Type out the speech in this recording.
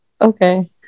okay